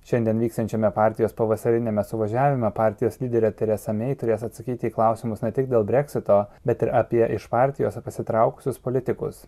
šiandien vyksiančiame partijos pavasariniame suvažiavime partijos lyderė teresa mei turės atsakyti į klausimus ne tik dėl breksito bet apie iš partijos pasitraukusius politikus